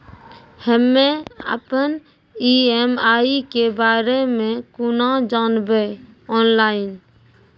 हम्मे अपन ई.एम.आई के बारे मे कूना जानबै, ऑनलाइन?